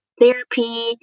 therapy